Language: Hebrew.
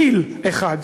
טיל אחד,